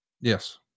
Yes